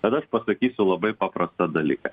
bet aš pasakysiu labai paprastą dalyką